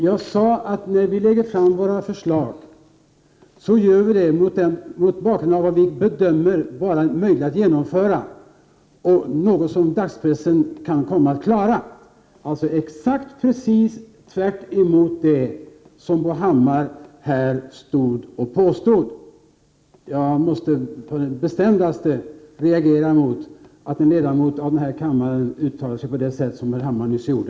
Jag sade att när vi lägger fram våra förslag, så gör vi det mot bakgrund av vad vi bedömer vara möjligt att genomföra — och vad dagspressen kan komma att klara. Det var alltså precis motsatsen till det som Bo Hammar här påstod. Jag måste på det bestämdaste reagera mot att en ledamot i den här kammaren uttalar sig på det sätt som herr Hammar nyss gjorde.